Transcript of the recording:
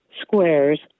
squares